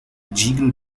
digno